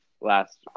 last